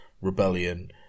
rebellion